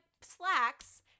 slacks